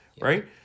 Right